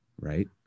right